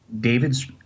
David's